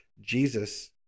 Jesus